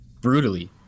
Brutally